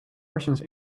martians